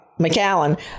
McAllen